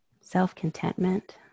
self-contentment